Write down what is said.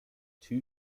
two